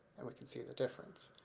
and we can see the difference.